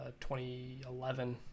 2011